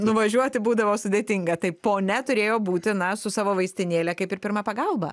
nuvažiuoti būdavo sudėtinga taip ponia turėjo būti na su savo vaistinėle kaip ir pirma pagalba